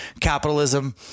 capitalism